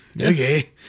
Okay